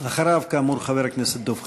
אחריו, כאמור, חבר הכנסת דב חנין.